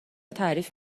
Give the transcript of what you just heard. تعریف